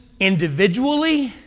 individually